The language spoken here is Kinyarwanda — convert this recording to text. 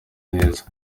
neza